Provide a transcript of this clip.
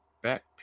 back